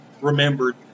remembered